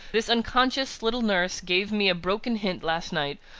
this unconscious little nurse gave me a broken hint last night,